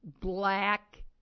black